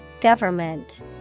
Government